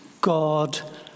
God